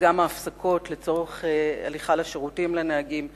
גם ההפסקות לצורך הליכה לשירותים לנהגים מקוצצות.